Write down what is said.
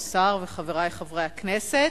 השר וחברי חברי הכנסת,